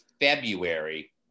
February